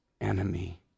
enemy